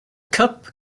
cup